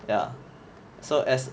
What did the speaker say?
ya so as